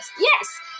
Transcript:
Yes